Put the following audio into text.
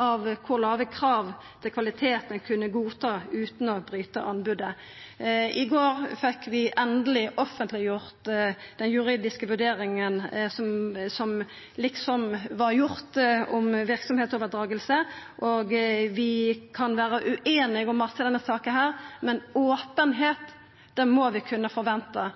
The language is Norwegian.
av kor låge krav til kvalitet ein kunne godta utan å bryta anbodet. I går fekk vi endeleg offentleggjort den juridiske vurderinga som liksom var gjort om overdraging av verksemda. Vi kan vera ueinige om mykje i denne saka, men vi må kunna forventa